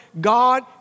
God